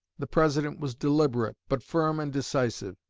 the president was deliberate, but firm and decisive.